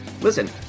listen